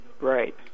right